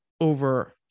over